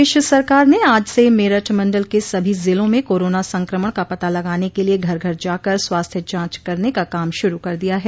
प्रदेश सरकार ने आज से मेरठ मंडल के सभी जिलों में कोरोना संक्रमण का पता लगाने के लिए घर घर जाकर स्वास्थ्य जांच करने का काम शुरू कर दिया है